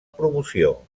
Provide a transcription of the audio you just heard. promoció